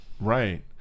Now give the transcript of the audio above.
right